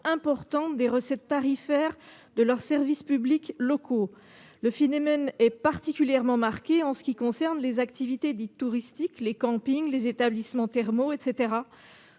des recettes tarifaires qu'elles tirent de leurs services publics locaux. Le phénomène est particulièrement marqué en ce qui concerne les activités dites « touristiques »- campings, établissements thermaux ...